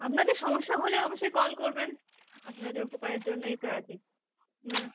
আপনাদের সমস্যা হলে অবশ্যই কল করবেন আপনাদের উপকারের জন্যই তো আছে হ্যা